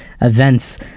events